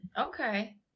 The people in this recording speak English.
Okay